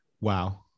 Wow